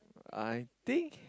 I think